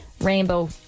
rainbow